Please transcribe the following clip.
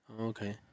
Okay